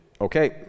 Okay